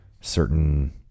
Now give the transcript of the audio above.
Certain